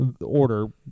order